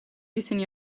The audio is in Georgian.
ისინი